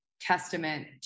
Testament